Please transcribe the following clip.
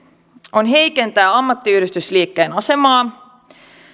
on heikentää ammattiyhdistysliikkeen asemaa